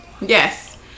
Yes